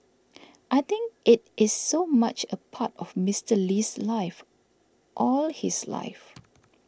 I think it is so much a part of Mister Lee's life all his life